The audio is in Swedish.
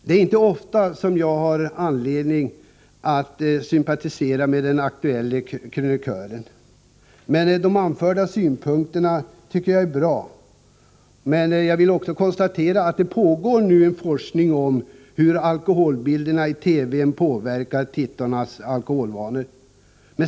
Det är inte ofta som jag har anledning att sympatisera med den aktuella krönikören, men jag tycker att de anförda synpunkterna är bra. Jag vill också konstatera att det nu pågår forskning om hur alkoholbilderna i TV påverkar tittarnas alkoholvanor.